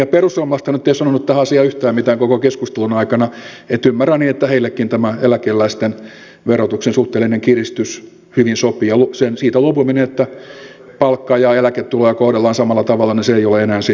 perussuomalaisethan nyt ei ole sanonut tähän asiaan yhtään mitään koko keskustelun aikana ymmärrän niin että heillekin hyvin sopii tämä eläkeläisten verotuksen suhteellinen kiristys ja siitä luopuminen että palkka ja eläketuloja kohdellaan samalla tavalla se ei ole siis enää voimassa